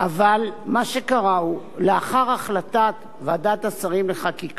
אבל מה שקרה הוא שלאחר החלטת ועדת השרים לחקיקה